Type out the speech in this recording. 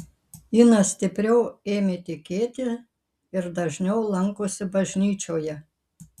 ina stipriau ėmė tikėti ir dažniau lankosi bažnyčioje